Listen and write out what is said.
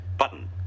button